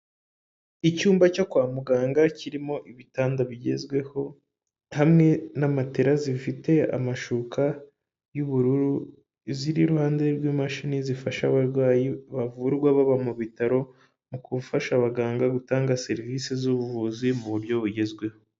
Icyumba cyo kwa muganga kirimo ibitanda bigezweho hamwe na matera zifite amashuka y'ubururu, ziri iruhande rw'imashini zifasha abarwayi bavurwa baba mu bitaro mu gufasha abaganga gutanga serivisi zubuvuzi mu buryo bugezweho.